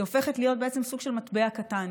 היא הופכת להיות בעצם סוג של מטבע קטן,